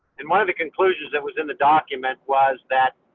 and one of the conclusions that was in the document was that